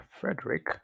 frederick